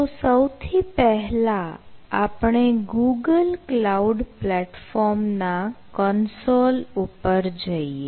તો સૌથી પહેલાં આપણે ગૂગલ ક્લાઉડ પ્લેટફોર્મ ઉપર જઈએ